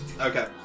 Okay